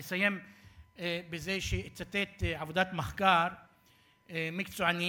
אני אסיים בזה שאצטט עבודת מחקר מקצוענית,